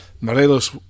Morelos